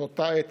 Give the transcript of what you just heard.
שבאותה עת